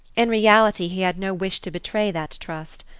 in reality he had no wish to betray that trust.